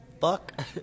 fuck